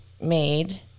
made